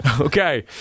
okay